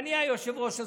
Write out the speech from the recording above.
כשאני היושב-ראש הזמני?